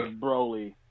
broly